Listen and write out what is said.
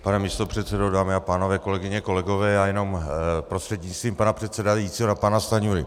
Pane místopředsedo, dámy a pánové, kolegyně, kolegové, já jenom prostřednictvím pana předsedajícího na pana Stanjuru.